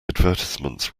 advertisements